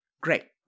Great